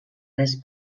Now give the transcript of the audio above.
res